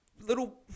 Little